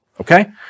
okay